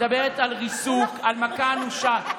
מדברת על ריסוק, על מכה אנושה.